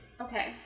Okay